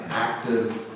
active